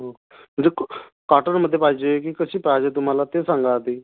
हो म्हणजे कॉटनमध्ये पाहिजे की कशी पाहिजे तुम्हाला ते सांगा आधी